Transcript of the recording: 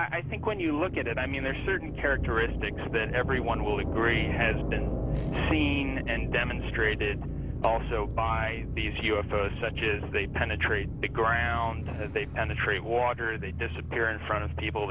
i think when you look at it i mean there are certain characteristics that everyone will agree has been seen and demonstrated also by these u f o s such is they penetrate the ground that they penetrate water they disappear in front of people